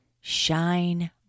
shine